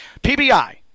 PBI